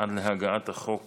עד להגעת החוק